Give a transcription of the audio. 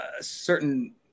certain